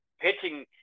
pitching